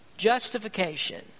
justification